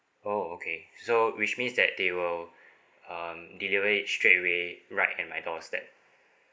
oh okay so which means that they will um deliver it straight away right at my doorstep